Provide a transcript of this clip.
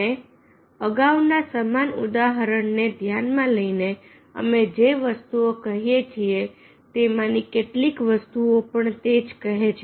અને અગાઉના સમાન ઉદાહરણ ને ધ્યાનમાં લઈને અમે જે વસ્તુઓ કહીએ છીએ તેમાંની કેટલીક વસ્તુઓ પણ તે જ કહે છે